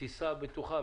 טיסה בטוחה,